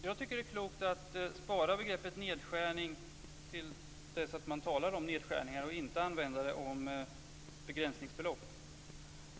Fru talman! Jag tycker att det är klokt att spara begreppet "nedskärning" till dess att man talar om nedskärningar och inte använda det om begränsningsbelopp.